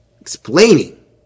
explaining